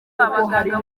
abaganga